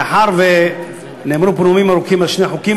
מאחר שנאמרו פה נאומים ארוכים על שני החוקים,